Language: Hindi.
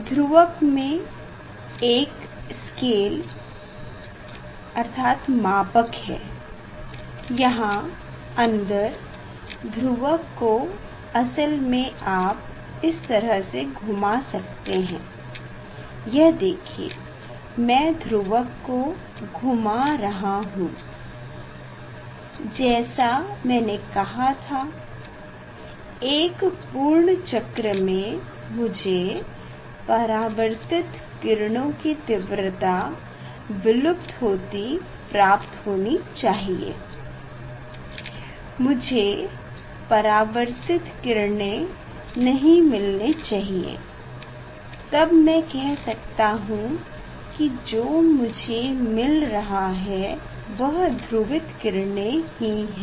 ध्रुवक में ये एक स्केल मापक है यहाँ अंदर ध्रुवक को असल में आप इस तरह से घुमा सकते हैं यह देखिए मै ध्रुवक को घुमा रहा हूँ जैसा मैने कहा था एक पूर्ण चक्र में मुझे परावर्तित किरणों की तीव्रता विलुप्त होती प्राप्त होनी चाहिए मुझे परावर्तित किरणें नहीं मिलने चाहिए तब मैं कह सकता हूँ की जो मुझे मिल रहे हैं वो ध्रुवित किरणें ही हैं